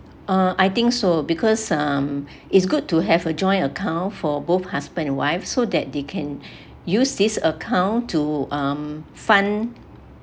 uh I think so because um it's good to have a joint account for both husband and wife so that they can use this account to um fund